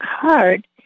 card